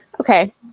Okay